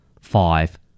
five